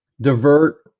divert